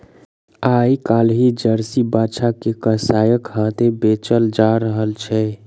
आइ काल्हि जर्सी बाछा के कसाइक हाथेँ बेचल जा रहल छै